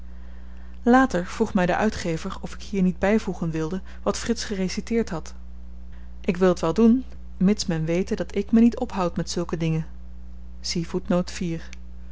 later vroeg my de uitgever of ik hier niet by voegen wilde wat frits gereciteerd had ik wil t wel doen mits men wete dat ik me niet ophoud met zulke dingen